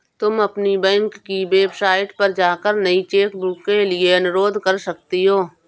तुम अपनी बैंक की वेबसाइट पर जाकर नई चेकबुक के लिए अनुरोध कर सकती हो